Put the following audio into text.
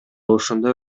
ушундай